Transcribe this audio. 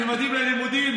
ממדים ללימודים,